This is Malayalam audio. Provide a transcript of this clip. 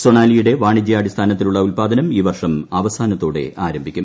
സൊണാലിയുടെ വാണിജ്യാടിസ്ഥാനത്തിലുളള ഉത്പാദനും ഇിയ വർഷം അവസാനത്തോടെ ആരംഭിക്കും